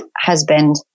husband